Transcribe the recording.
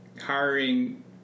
hiring